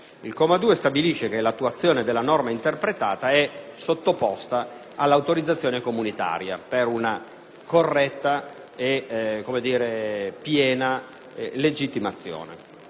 Il comma 2 stabilisce che l'attuazione della norma interpretata è sottoposta all'autorizzazione comunitaria per una corretta e piena legittimazione.